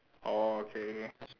orh okay